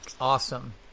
Awesome